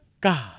God